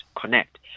connect